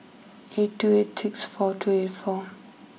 eight two eight six four two eight four